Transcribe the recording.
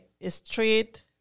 Street